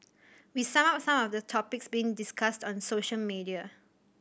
we sum up some of the topics being discussed on social media